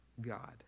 God